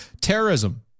terrorism